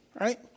right